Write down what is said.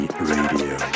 Radio